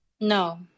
No